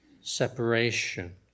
separation